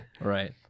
Right